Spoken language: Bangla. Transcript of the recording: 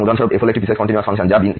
তাই ভাল এখন এই হচ্ছে আমাদের এই ফলাফল আছে